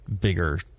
bigger